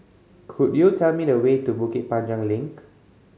could you tell me the way to Bukit Panjang Link